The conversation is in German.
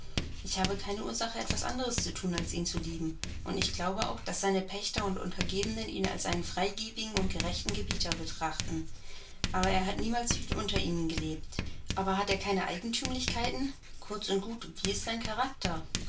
ich habe keine ursache etwas anderes zu thun als ihn zu lieben und ich glaube auch daß seine pächter und untergebenen ihn als einen freigebigen und gerechten gebieter betrachten aber er hat niemals viel unter ihnen gelebt aber hat er keine eigentümlichkeiten kurz und gut wie ist sein charakter